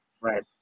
Right